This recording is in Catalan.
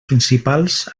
principals